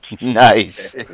nice